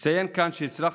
אציין כאן שהצלחנו,